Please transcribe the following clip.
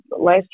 Last